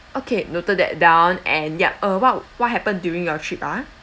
okay noted that down and yup uh what what happened during your trip ah